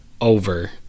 over